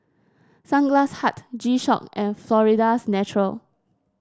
Sunglass Hut G Shock and Florida's Natural